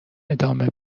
ادامه